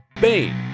Bane